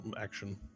action